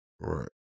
Right